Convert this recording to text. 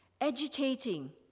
agitating